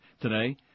today